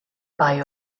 bai